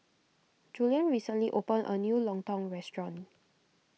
Julian recently opened a new Lontong restaurant